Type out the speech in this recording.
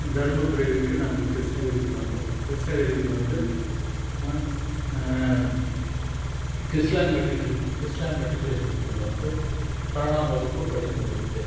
தருமபுரியை விட்டு நாங்கள் கிருஷ்ணகிரிக்கு வந்தோம் கிருஷ்ணகிரிக்கு வந்து நான் க்ரிஸ்லாங் மெட்ரிக் நிலை க்ரிஸ்லாங் மெட்ரிக்குலேஷன் ஸ்கூலில் வந்து பன்னெண்டாம் வகுப்பு படித்து முடித்தேன்